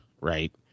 right